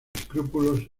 escrúpulos